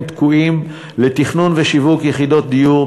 תקועים לתכנון ושיווק יחידות דיור,